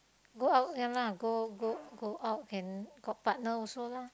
go out ya lah go go go out and got partner also lah